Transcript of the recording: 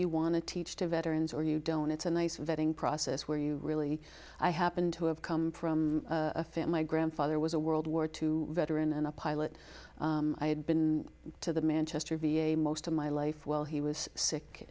you want to teach to veterans or you don't it's a nice vetting process where you really i happen to have come from a fit my grandfather was a world war two veteran and a pilot i had been to the manchester v a most of my life while he was sick